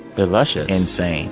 they're luscious. insane